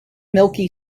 milky